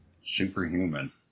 Superhuman